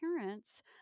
parents